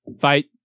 fight